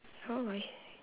oh my